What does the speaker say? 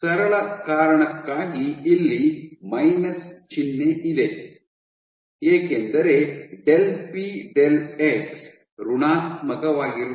ಸರಳ ಕಾರಣಕ್ಕಾಗಿ ಇಲ್ಲಿ ಮೈನಸ್ ಚಿಹ್ನೆ ಇದೆ ಏಕೆಂದರೆ ಡೆಲ್ ಪಿ ಡೆಲ್ ಎಕ್ಸ್ ಋಣಾತ್ಮಕವಾಗಿರುತ್ತದೆ